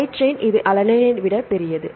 side chain இது அலனைனை விட பெரியது